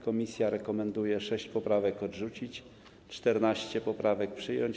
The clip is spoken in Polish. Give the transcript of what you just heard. Komisja rekomenduje 6 poprawek odrzucić, 14 poprawek przyjąć.